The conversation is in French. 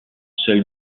seul